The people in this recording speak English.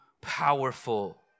powerful